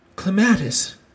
Clematis